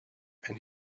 and